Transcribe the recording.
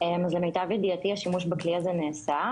אז למיטב ידיעתי השימוש בכלי הזה נעשה,